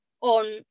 on